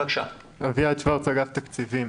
אגף תקציבים.